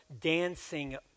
dancing